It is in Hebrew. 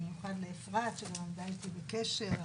במיוחד לאפרת שגם עמדה איתי בקשר.